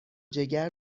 جگر